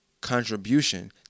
contribution